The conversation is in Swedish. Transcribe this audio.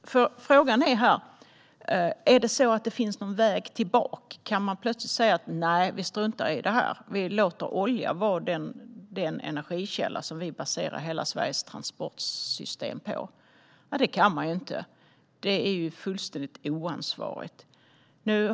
Frågan här är: Finns det någon väg tillbaka? Kan man plötsligt säga att vi struntar i det här och låter olja vara den energikälla som vi baserar hela Sveriges transportsystem på? Nej, det kan man inte. Det är fullständigt oansvarigt.